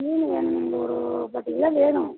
மீன் வேணுங்க ஒரு பத்து கிலோ வேணும்